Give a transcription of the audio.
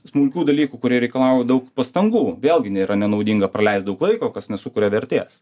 smulkių dalykų kurie reikalauja daug pastangų vėlgi nėra nenaudinga praleist daug laiko kas nesukuria vertės